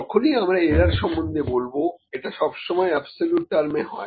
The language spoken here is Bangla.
যখনই আমরা এরার সম্বন্ধে বলবো এটা সব সময় অ্যাবসোলুট টার্মে হয়